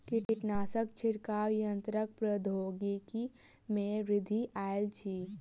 कीटनाशक छिड़काव यन्त्रक प्रौद्योगिकी में वृद्धि आयल अछि